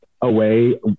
away